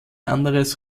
anderes